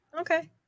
okay